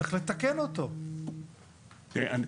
צריך לתקן אותו אם כך.